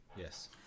yes